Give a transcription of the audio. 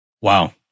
wow